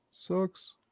Sucks